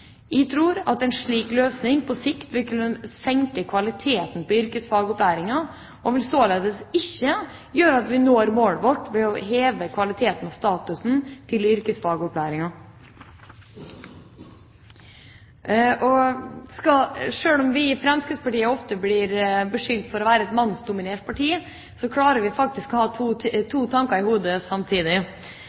Jeg tror at en slik løsning på sikt vil kunne senke kvaliteten på yrkesfagopplæringa, og således ikke vil gjøre at vi når målet vårt om å heve kvaliteten og statusen til yrkesfagopplæringa. Sjøl om vi i Fremskrittspartiet ofte blir beskyldt for å være et mannsdominert parti, klarer vi faktisk å ha to tanker i hodet samtidig.